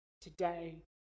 today